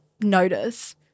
notice